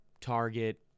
Target